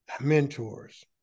mentors